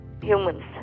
humans